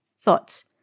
thoughts